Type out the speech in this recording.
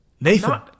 Nathan